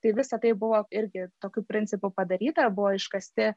tai visa tai buvo irgi tokiu principu padaryta buvo iškasti